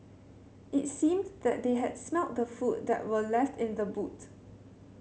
it seemed that they had smelt the food that were left in the boot